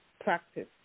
practice